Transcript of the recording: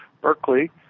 Berkeley